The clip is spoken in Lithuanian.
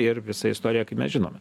ir visą istoriją kaip mes žinome